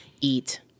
eat